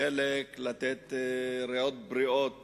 חלק לתת ריאות בריאות